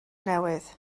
newydd